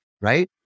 right